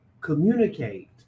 communicate